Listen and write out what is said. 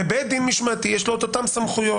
בבית דין משמעתי יש לו את אותן הסמכויות.